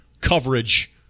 coverage